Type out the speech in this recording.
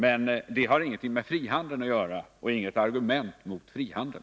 Men det har ingenting med frihandel att göra och är inget argument mot frihandeln.